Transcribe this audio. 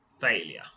failure